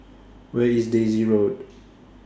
Where IS Daisy Road